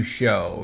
show